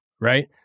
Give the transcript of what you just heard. right